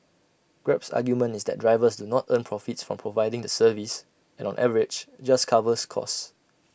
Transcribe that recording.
grab's argument is that drivers do not earn profits from providing the service and on average just covers costs